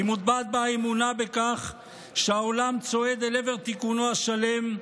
כי מוטבעת בה האמונה בכך שהעולם צועד אל עבר תיקונו השלם,